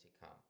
Come